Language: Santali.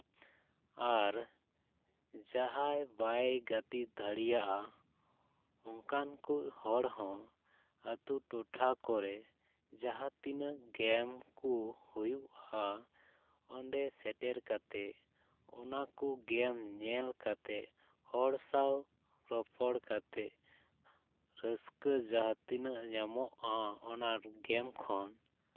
ᱟᱨ ᱡᱟᱦᱟᱸᱭ ᱵᱟᱭ ᱜᱟᱛᱤ ᱫᱟᱲᱮᱭᱟᱜᱼᱟ ᱚᱱᱠᱟᱱ ᱠᱚ ᱦᱚᱲ ᱦᱚᱸ ᱟᱹᱛᱩ ᱴᱚᱴᱷᱟ ᱠᱚᱨᱮ ᱡᱟᱦᱟᱸ ᱛᱤᱱᱟᱹᱜ ᱜᱮᱢ ᱠᱚ ᱦᱩᱭᱩᱜᱼᱟ ᱚᱸᱰᱮ ᱥᱮᱴᱮᱨ ᱠᱟᱛᱮ ᱚᱱᱟ ᱠᱚ ᱜᱮᱢ ᱧᱮᱞ ᱠᱟᱛᱮ ᱦᱚᱲ ᱥᱟᱶ ᱨᱚᱯᱚᱲ ᱠᱟᱛᱮ ᱨᱟᱹᱥᱠᱟᱹ ᱡᱟᱦᱟᱸ ᱛᱤᱱᱟᱹᱜ ᱧᱟᱢᱚᱜᱼᱟ ᱚᱱᱟ ᱜᱮᱢ ᱠᱷᱚᱱ